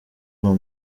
uwo